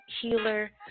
healer